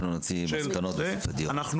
אנחנו